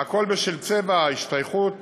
והכול בשל צבע, השתייכות